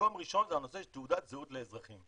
מקום ראשון זה הנושא של תעודת זהות לאזרחים.